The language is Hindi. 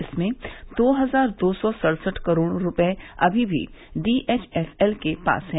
इसमें दो हजार दो सौ सड़सठ करोड़ रूपये अनी भी डी एच एफ एल के पास है